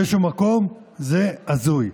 באיזשהו מקום זה הזוי.